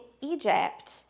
Egypt